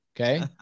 Okay